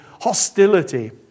hostility